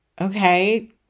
okay